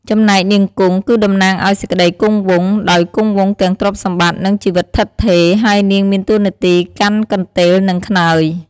ចំណែកនាងគង់ គឺតំណាងឱ្យសេចក្តីគង់វង់ ដោយគង់វង់ទាំងទ្រព្យសម្បត្តិ និងជីវិតឋិតថេរ ហើយនាងមានតួនាទីកាន់កន្ទេលនិងខ្នើយ ។